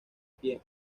pie